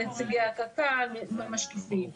נציגי הקק"ל ומשקיפים.